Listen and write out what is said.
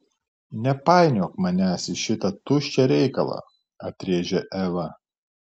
nepainiok manęs į šitą tuščią reikalą atrėžė eva